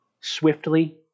swiftly